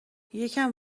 یکم